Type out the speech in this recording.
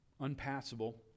Unpassable